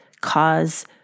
cause